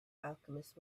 alchemist